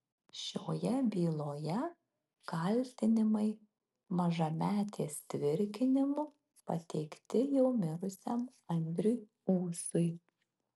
šioje byloje kaltinimai mažametės tvirkinimu pateikti jau mirusiam andriui ūsui